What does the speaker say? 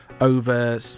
over